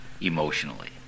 emotionally